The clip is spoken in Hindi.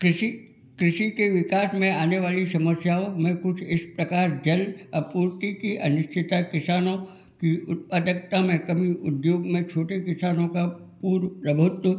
कृषि कृषि के विकास में आने वाली समस्याओं में कुछ इस प्रकार जल अपूर्ति की अनिश्चिता किसानों की अधिकता में कभी उद्योग में छोटे किसानों का पूर्व प्रभुत्व